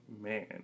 man